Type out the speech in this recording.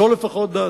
זו לפחות דעתי.